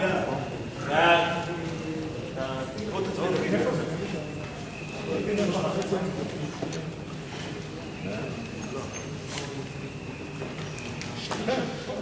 חוק רשות התעופה האזרחית (תיקון),